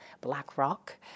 BlackRock